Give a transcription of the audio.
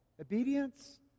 obedience